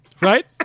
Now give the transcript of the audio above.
Right